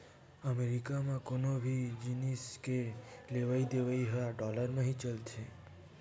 अमरीका म कोनो भी जिनिस के लेवइ देवइ ह डॉलर म ही चलथे